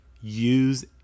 use